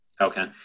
Okay